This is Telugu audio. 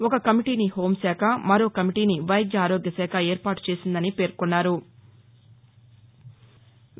ఒక కమిటీని హోంశాఖ మరో కమిటీని వైద్య ఆరోగ్య శాఖ ఏర్పాటు చేసిందని పేర్కొన్నారు